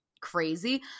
crazy